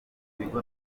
bigo